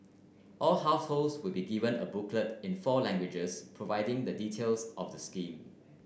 all households will also be given a booklet in four languages providing the details of the scheme